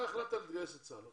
אתה החלטת להתגייס לצה"ל.